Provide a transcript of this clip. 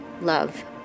love